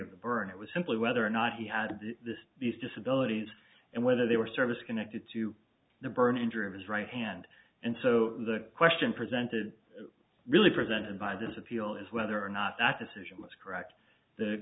of the burn it was simply whether or not he had these disabilities and whether they were service connected to the burn injury of his right hand and so the question presented really presented by this appeal is whether or not that decision was correct the